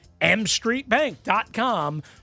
mstreetbank.com